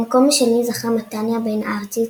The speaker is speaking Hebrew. במקום השני זכה מתניה בן ארצי,